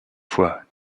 fois